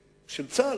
צה"ל.